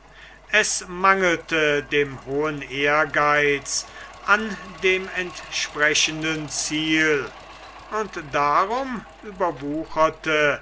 es mangelte dem hohen ehrgeiz an dem entsprechenden ziel und darum überwucherte